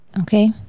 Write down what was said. okay